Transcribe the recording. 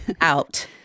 Out